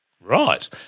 Right